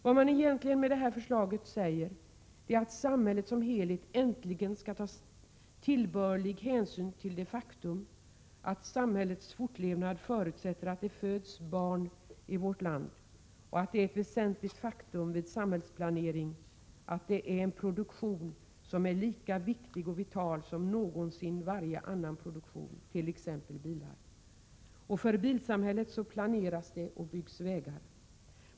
Vad man egentligen säger med det här förslaget är att samhället som helhet äntligen skall ta tillbörlig hänsyn till det faktum att samhällets fortlevnad förutsätter att det föds barn i vårt land. Det är ett väsentligt faktum vid all samhällsplanering att det är en produktion som är lika viktig och vital som någonsin någon annan produktion, av t.ex. bilar. För bilsamhället planeras det och byggs vägar.